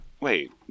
Wait